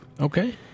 Okay